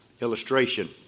illustration